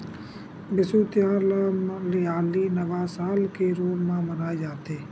बिसु तिहार ल मलयाली नवा साल के रूप म मनाए जाथे